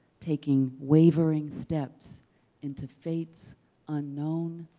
taking wavering steps into fates unknown,